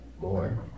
more